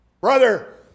Brother